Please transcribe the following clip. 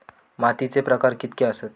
मातीचे प्रकार कितके आसत?